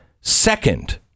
second